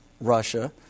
Russia